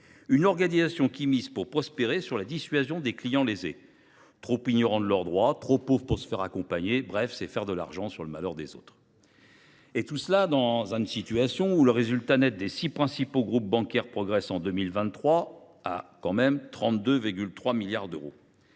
Cette organisation prospère sur la dissuasion des clients lésés, trop ignorants de leurs droits, trop pauvres pour se faire accompagner. Bref, c’est faire de l’argent sur le malheur des autres ! Tout cela a lieu dans un contexte où le résultat net des six principaux groupes bancaires progresse, en 2023, à, tout de même, 32,3 milliards d’euros.